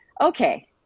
Okay